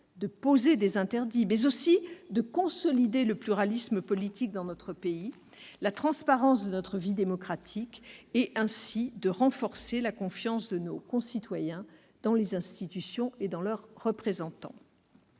de poser des interdits, mais aussi de consolider le pluralisme politique dans notre pays, la transparence de notre vie démocratique et, ainsi, la confiance de nos concitoyens dans les institutions et leurs représentants.